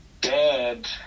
Dead